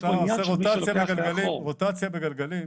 אתה עושה רוטציה בגלגלים,